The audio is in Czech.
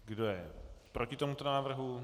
Kdo je proti tomuto návrhu?